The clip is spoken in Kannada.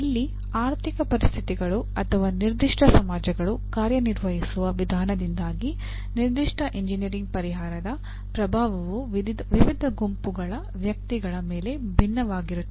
ಅಲ್ಲಿ ಆರ್ಥಿಕ ಪರಿಸ್ಥಿತಿಗಳು ಅಥವಾ ನಿರ್ದಿಷ್ಟ ಸಮಾಜಗಳು ಕಾರ್ಯನಿರ್ವಹಿಸುವ ವಿಧಾನದಿಂದಾಗಿ ನಿರ್ದಿಷ್ಟ ಎಂಜಿನಿಯರಿಂಗ್ ಪರಿಹಾರದ ಪ್ರಭಾವವು ವಿವಿಧ ಗುಂಪುಗಳ ವ್ಯಕ್ತಿಗಳ ಮೇಲೆ ಭಿನ್ನವಾಗಿರುತ್ತದೆ